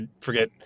forget